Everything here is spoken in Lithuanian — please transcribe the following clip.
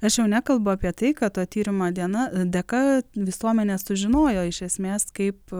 aš jau nekalbu apie tai kad tyrimo diena dėka visuomenė sužinojo iš esmės kaip